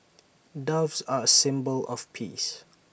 doves are A symbol of peace